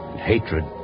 hatred